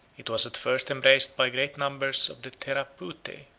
it was at first embraced by great numbers of the theraputae,